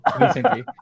recently